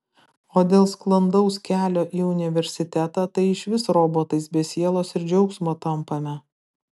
o dėl sklandaus kelio į universitetą tai išvis robotais be sielos ir džiaugsmo tampame